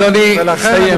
אדוני סיים.